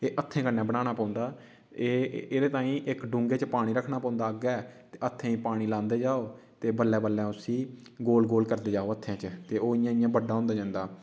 एह् हत्थें कन्नै बनाना पौंदा एह् एह्दे ताहीं इक डूंह्गे च पानी रक्खना पौंदा अग्गै ते हत्थें गी पानी लांदे जाओ ते बल्लै बल्लै उसी गोल गोल करदे जाओ हत्थें च ते ओह् इयां इयां बड्डा होंदा जंदा